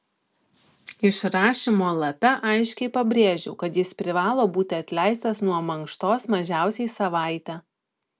išrašymo lape aiškiai pabrėžiau kad jis privalo būti atleistas nuo mankštos mažiausiai savaitę